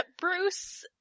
Bruce